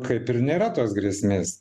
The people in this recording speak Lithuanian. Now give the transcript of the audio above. kaip ir nėra tos grėsmės